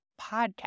podcast